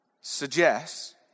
suggests